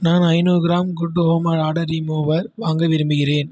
நான் ஐநூறு gram good home order remover வாங்க விரும்புகிறேன்